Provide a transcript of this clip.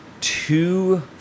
two